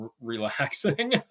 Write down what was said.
relaxing